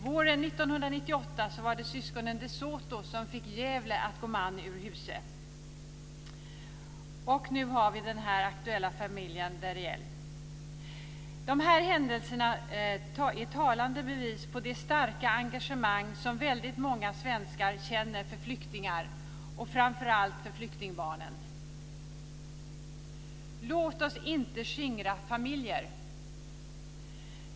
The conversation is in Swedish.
Våren 1998 var det syskonen Soto som fick Gävle att gå man ur huse. Nu har vi den aktuella familjen Demir. De här händelserna är talande bevis på det starka engagemang som väldigt många svenskar känner för flyktingar, och framför allt för flyktingbarnen. Låt oss inte skingra familjer!